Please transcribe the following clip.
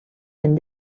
any